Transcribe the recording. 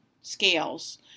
scales